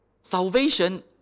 salvation